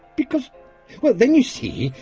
because then, you see,